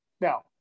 Now